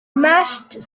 mashed